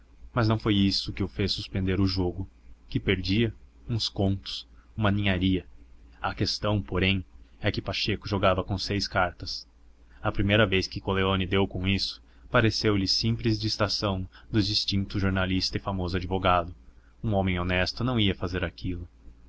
mas não foi isso que o fez suspender o jogo que perdia uns contos uma ninharia a questão porém é que pacheco jogava com seis cartas a primeira vez que coleoni deu com isso pareceu-lhe simples distração do distinto jornalista e famoso advogado um homem honesto não ia fazer aquilo